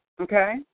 okay